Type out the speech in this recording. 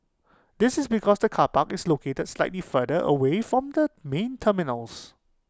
this is because the car park is located slightly further away from the main terminals